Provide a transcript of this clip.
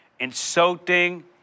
insulting